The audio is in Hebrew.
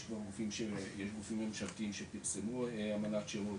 יש כבר גופים שהם גופים ממשלתיים שפרסמו אמנת שירות,